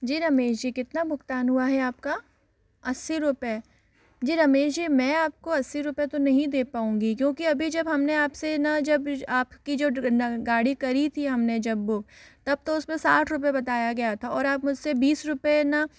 जी रमेश जी कितना भुगतान हुआ है आपका अस्सी रुपये जी रमेश जी मैं आपको अस्सी रुपये तो नहीं दे पाऊँगी क्योंकि अभी जब हमने आपसे न जब आपकी जो गाड़ी करी थी हमने बुक जब तब तो उस पर साठ रुपये बताया गया था और आप मुझसे बीस रुपये न